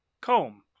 comb